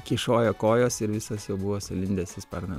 kyšojo kojos ir visas jau buvo sulindęs į sparną